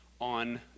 on